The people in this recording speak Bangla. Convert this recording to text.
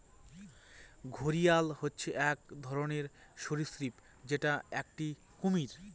ঘড়িয়াল হচ্ছে এক ধরনের সরীসৃপ যেটা একটি কুমির